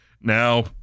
now